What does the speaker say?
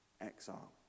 exile